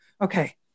Okay